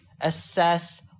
assess